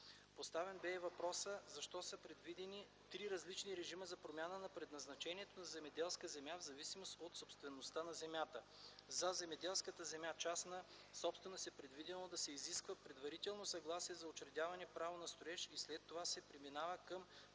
Поставен бе и въпросът: защо са предвидени три различни режима за промяна на предназначението на земеделска земя, в зависимост от собствеността на земята: - За земеделската земя, частна собственост, е предвидено да се изисква предварително съгласие за учредяване право на строеж и след това се преминава към